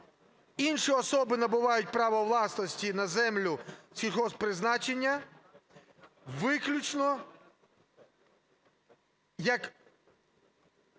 "Інші особи набувають право власності на землю сільгосппризначення виключно як